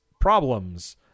problems